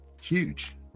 huge